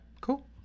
Cool